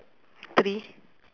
three